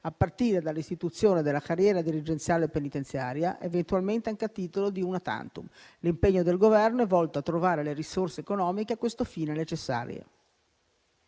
a partire dall'istituzione della carriera dirigenziale penitenziaria, eventualmente anche a titolo di *una tantum*. L'impegno del Governo è volto a trovare le risorse economiche a questo fine necessarie.